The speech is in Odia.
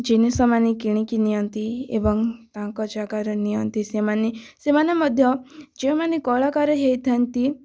ଜିନିଷ ମାନେ କିଣିକି ନିଅନ୍ତି ଏବଂ ତାଙ୍କ ଜାଗାରେ ନିଅନ୍ତି ସେମାନେ ସେମାନେ ମଧ୍ୟ ଯୋଉଁମାନେ କଳାକାର ହେଇଥାନ୍ତି